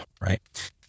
Right